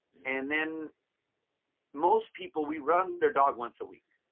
and then most people, we run their dog once a week.